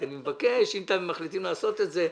רק אני מבקש שאם אתם מחליטים לעשות את זה,